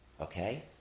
Okay